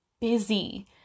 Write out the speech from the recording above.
busy